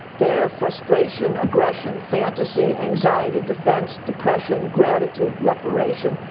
there frustration, aggression, fantasy, anxiety, defense, depression, gratitude, reparation,